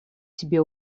себе